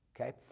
okay